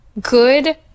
good